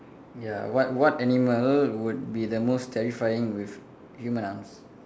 ya what what animal would be the most terrifying with human arms